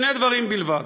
שני דברים בלבד.